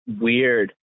weird